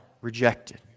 rejected